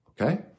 Okay